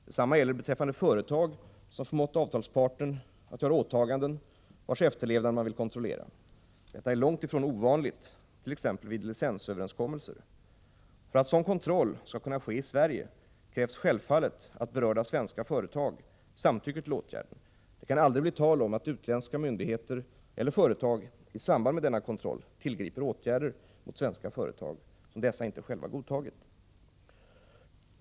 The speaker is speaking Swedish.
Detsamma gäller beträffande företag som förmått avtalspartnern att göra åtaganden vilkas efterlevnad man vill kontrollera. Detta är långt ifrån ovanligt, t.ex. vid licensöverenskommelser. För att sådan kontroll skall kunna ske i Sverige krävs självfallet att berörda svenska företag samtycker till åtgärden. Det kan aldrig bli tal om att utländska myndigheter eller företag i samband med denna kontroll tillgriper åtgärder mot svenska företag som dessa inte själva godtagit.